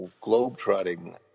globe-trotting